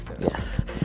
Yes